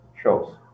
shows